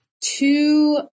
two